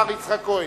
השר יצחק כהן.